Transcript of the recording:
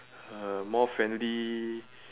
uh more friendly